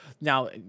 Now